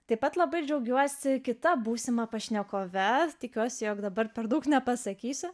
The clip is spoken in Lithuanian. taip pat labai džiaugiuosi kita būsima pašnekove tikiuosi jog dabar per daug nepasakysiu